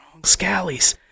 scallies